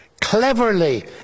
Cleverly